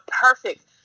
perfect